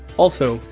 also,